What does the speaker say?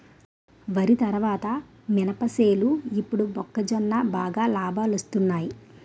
వరి తరువాత మినప సేలు ఇప్పుడు మొక్కజొన్న బాగా లాబాలొస్తున్నయ్